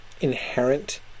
inherent